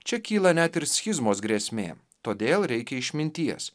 čia kyla net ir schizmos grėsmė todėl reikia išminties